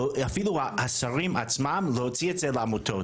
אפילו השרים עצמם להוציא את זה לעמותות.